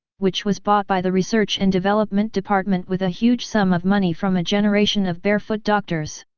which was bought by the research and development department with a huge sum of money from a generation of barefoot doctors.